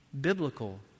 biblical